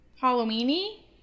Halloween-y